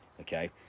okay